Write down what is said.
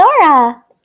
Dora